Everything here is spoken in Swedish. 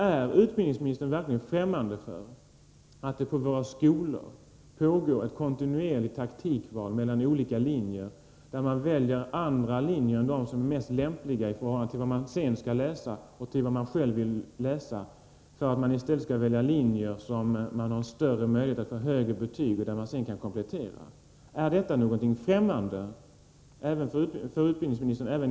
Är utbildningsministern verkligen främmande för att det på våra skolor pågår ett kontinuerligt taktikval mellan olika linjer, där man i stället för att välja den linje som är lämpligast i förhållande till vad man sedan skall studera eller vad man själv vill läsa väljer linjer där man har större möjlighet till högre betyg för att sedan komplettera? Är även detta någonting främmande för utbildningsministern?